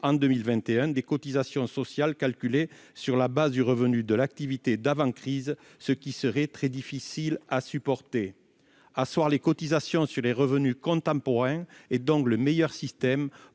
en 2021, des cotisations sociales calculées sur la base du revenu de l'activité d'avant-crise, ce qui serait très difficile à supporter. Asseoir les cotisations sur les revenus contemporains est donc le meilleur système